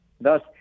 Thus